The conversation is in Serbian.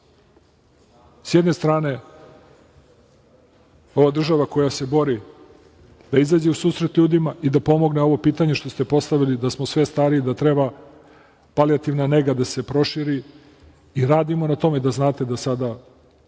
jedne strane, ova država koja se bori da izađe u susret ljudima i da pomogne da ovo pitanje što ste postavili da smo sve stariji da treba palijativna nega da se proširi i radimo na tome, da znate, da sada